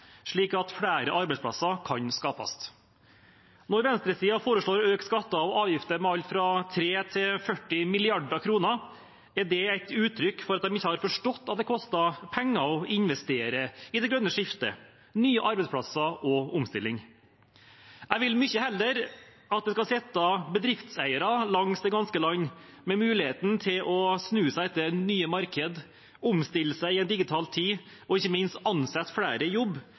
slik at flere arbeidsplasser kan skapes. Når venstresiden foreslår å øke skatter og avgifter med alt fra 3 mrd. til 40 mrd. kr, er det et uttrykk for at de ikke har forstått at det koster penger å investere i det grønne skiftet, i nye arbeidsplasser og i omstilling. Jeg vil mye heller at det skal sitte bedriftseiere langs det ganske land med muligheten til å snu seg etter nye markeder, omstille seg i en digital tid, og ikke minst ansette flere i jobb,